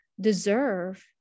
deserve